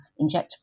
injectable